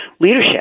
leadership